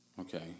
okay